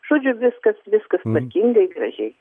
žodžiu viskas viskas tvarkingai gražiai